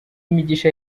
imigisha